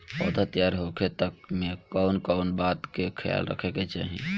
पौधा तैयार होखे तक मे कउन कउन बात के ख्याल रखे के चाही?